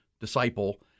disciple